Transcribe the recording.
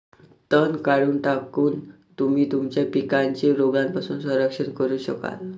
तण काढून टाकून, तुम्ही तुमच्या पिकांचे रोगांपासून संरक्षण करू शकाल